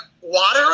water